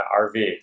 RV